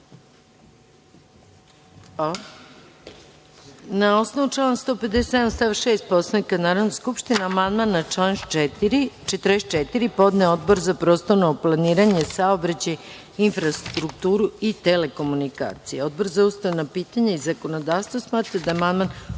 osnovu člana 157. stav 6. Poslovnika Narodne skupštine, amandman na član 44. podneo je Odbor za prostorno planiranje, saobraćaj, infrastrukturu i telekomunikacije. Odbor za ustavna pitanja i zakonodavstvo smatra da je amandman